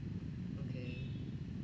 okay